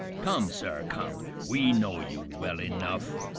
come, sir, come, we know you well enough.